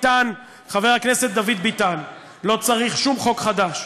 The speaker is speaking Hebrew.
חבר הכנסת דוד ביטן, לא צריך שום חוק חדש.